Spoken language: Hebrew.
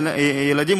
לא נעים לו.